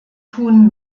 tun